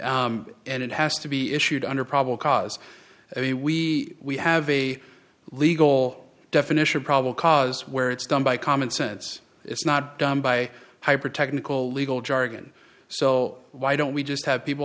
honor and it has to be issued under probably cause i mean we have a legal definition probable cause where it's done by common sense it's not done by hyper technical legal jargon so why don't we just have people